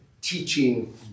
teaching